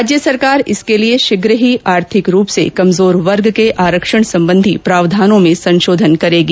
राज्य सरकार इसके लिए शीघ ही आर्थिक रूप से कमजोर वर्ग के आरक्षण संबंधी प्रावधानों में संशोधन करेगी